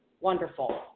wonderful